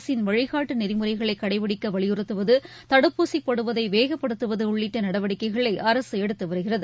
அரசின் வழிகாட்டு நெறிமுறைகளை கடைப்படிக்க வலியுறுத்துவது தடுப்பூசி போடுவதை வேகப்படுத்துவது உள்ளிட்ட நடவடிக்கைகளை அரசு எடுத்து வருகிறது